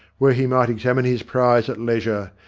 where he might examine his prize at leisure,